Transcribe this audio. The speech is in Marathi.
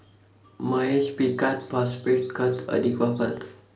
महेश पीकात फॉस्फेट खत अधिक वापरतो